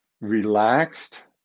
relaxed